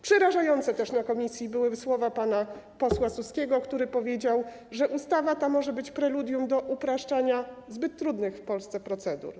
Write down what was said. Przerażające na posiedzeniu komisji były słowa pana posła Suskiego, który powiedział, że ta ustawa może być preludium do upraszczania zbyt trudnych w Polsce procedur.